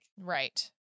right